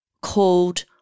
called